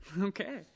Okay